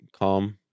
calm